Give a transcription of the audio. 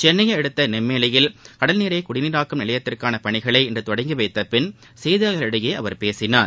சென்னையை அடுத்த நெம்மேலியில் கடல் நீரரக் குடிநீராக்கும் நிலையத்திற்கான பணிகளை இன்று தொடங்கி வைத்த பின் செய்தியாளர்களிடையே அவர் பேசினார்